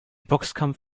boxkampf